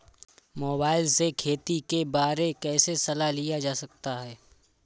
Mobile से खेती के बारे कैसे सलाह लिया जा सकता है?